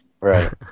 right